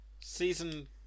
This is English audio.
Season